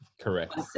Correct